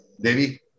Devi